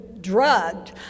drugged